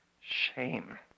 shame